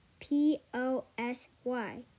P-O-S-Y